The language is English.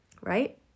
Right